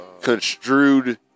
construed